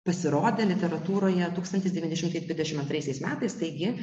pasirodė literatūroje tūkstantis devyni šimtai dvidešimt antrais metais taigi